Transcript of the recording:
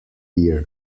year